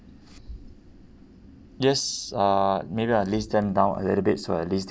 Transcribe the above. yes uh maybe I'll list them down a little bit so at least they